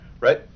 right